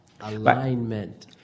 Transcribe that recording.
alignment